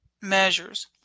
measures